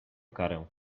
karę